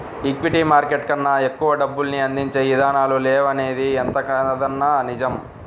equity market కన్నా ఎక్కువ డబ్బుల్ని అందించే ఇదానాలు లేవనిది ఎంతకాదన్నా నిజం